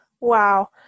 Wow